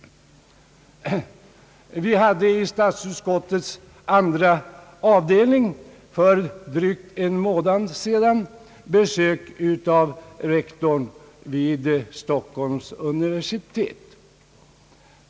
Vi hade i statsutskottets andra avdelning för drygt en månad sedan besök av rektorn vid Stockholms universitet.